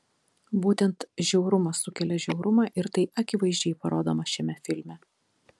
būtent žiaurumas sukelia žiaurumą ir tai akivaizdžiai parodoma šiame filme